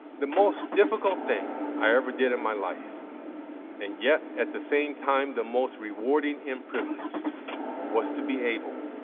the most difficult thing i ever did in my life and yet at the same time the most rewarding and privileged was to be able,